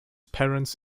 parents